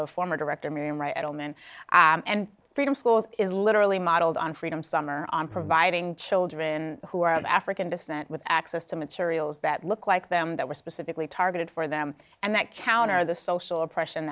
of former director marian wright edelman and freedom schools is literally modeled on freedom summer on providing children who are out of african descent with access to materials that look like them that were specifically targeted for them and that counter the social oppression